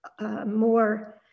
More